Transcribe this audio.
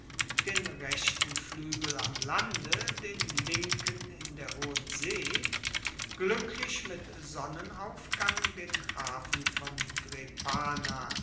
den rechten fluegel am lande den linken in der hohen see gluecklich mit sonnenaufgang den hafen von drepana